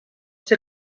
ser